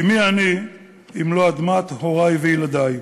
כי מי אני אם לא אדמת הורי וילדי.